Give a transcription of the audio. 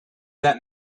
that